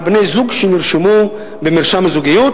על בני-זוג שנרשמו במרשם הזוגיות,